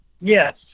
Yes